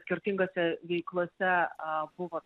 skirtingose veiklose buvo